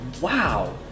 wow